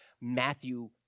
Matthew